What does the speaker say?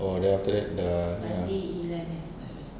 oh then after that the ya